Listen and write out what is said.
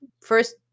first